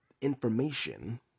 information